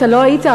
אתה לא היית,